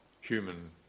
human